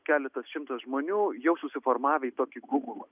keletas šimtas žmonių jau susiformavę į tokį gumulą